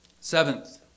Seventh